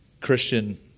Christian